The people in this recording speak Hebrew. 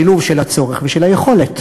שילוב של הצורך ושל היכולת.